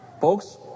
Folks